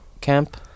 camp